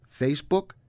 Facebook